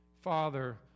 Father